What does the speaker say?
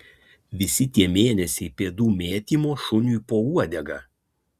visi tie mėnesiai pėdų mėtymo šuniui po uodega